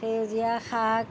সেউজীয়া শাক